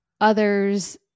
others